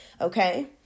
okay